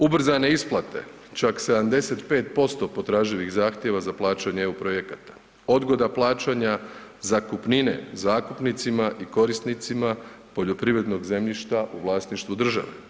Ubrzane isplate, čak 75% potraživih zahtjeva za plaćanje EU projekata, odgoda plaćanja zakupnine zakupnicima i korisnicima poljoprivrednog zemljišta u vlasništvu države.